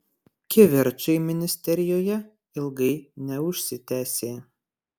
kivirčai ministerijoje ilgai neužsitęsė